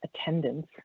attendance